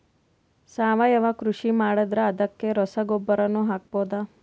ಸಾವಯವ ಕೃಷಿ ಮಾಡದ್ರ ಅದಕ್ಕೆ ರಸಗೊಬ್ಬರನು ಹಾಕಬಹುದಾ?